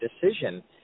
decision